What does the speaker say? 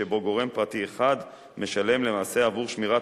שבו גורם פרטי אחד משלם למעשה עבור "שמירת